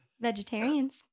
Vegetarians